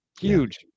huge